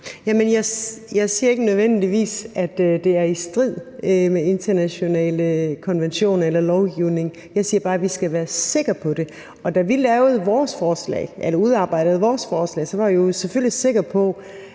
Jeg siger ikke, at det nødvendigvis er i strid med internationale konventioner eller med lovgivningen, jeg siger bare, at vi skal være sikre på det. Da vi udarbejdede vores forslag, var vi selvfølgelig sikre på,